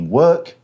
work